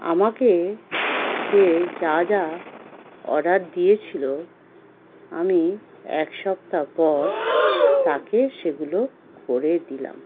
আমাকে সে যা যা অর্ডার দিয়েছিল আমি এক সপ্তাহ পর তাকে সেগুলো করে দিলাম